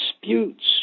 disputes